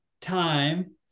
time